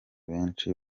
benshi